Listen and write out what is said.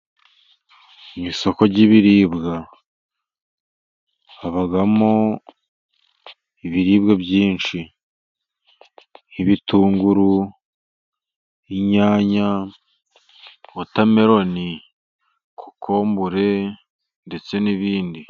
Mu isoko ry'ibiribwa habamo ibiribwa byinshi. Nk'ibitunguru, inyanya, wotameloni, kokombure, ndetse n'ibindi.